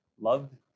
loved